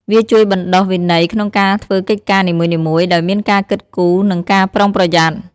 វាជួយបណ្ដុះវិន័យក្នុងការធ្វើកិច្ចការនីមួយៗ ដោយមានការគិតគូរ និងការប្រុងប្រយ័ត្ន។